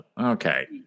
Okay